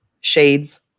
Shades